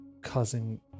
causing